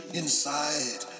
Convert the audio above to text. inside